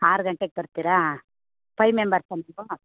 ಆರು ಗಂಟೆಗೆ ಬರ್ತೀರಾ ಫೈ ಮೆಂಬರ್ಸಾ ನೀವು